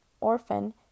orphan